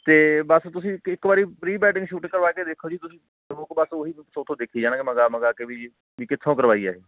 ਅਤੇ ਬਸ ਤੁਸੀਂ ਇੱਕ ਇੱਕ ਵਾਰੀ ਪ੍ਰੀ ਵੈਡਿੰਗ ਸ਼ੂਟ ਕਰਵਾ ਕੇ ਦੇਖੋ ਜੀ ਤੁਸੀਂ ਲੋਕ ਬਸ ਉਹੀ ਉੱਥੋਂ ਦੇਖੀ ਜਾਣਗੇ ਮੰਗਵਾ ਮੰਗਵਾ ਕੇ ਵੀ ਕਿੱਥੋਂ ਕਰਵਾਈ ਹੈ ਇਹ